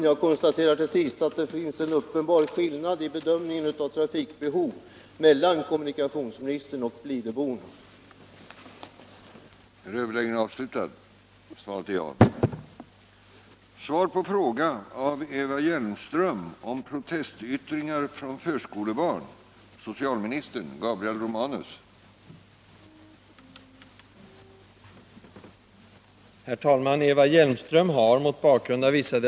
Jag konstaterar till sist att det finns en uppenbar skillnad mellan kommunikationsministerns och blidöbornas bedömning av trafikbehovet.